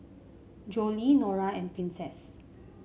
Jolie Norah and Princess